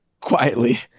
quietly